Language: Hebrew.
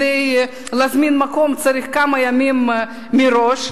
להזמין מקום צריך כמה ימים מראש,